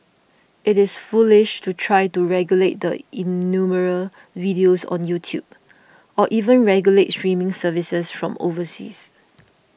it is foolish to try to regulate the innumerable videos on YouTube or even regulate streaming services from overseas